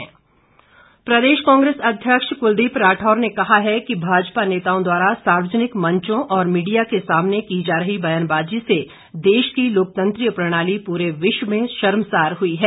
कुलदीप राठौर प्रदेश कांग्रेस अध्यक्ष कुलदीप राठौर ने कहा है कि भाजपा नेताओं द्वारा सार्वजनिक मंचों और मीडिया के सामने की जा रही बयानबाजी से देश की लोकतंत्रीय प्रणाली पूरे विश्व में शर्मसार हुई है